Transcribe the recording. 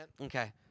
Okay